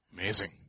Amazing